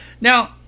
Now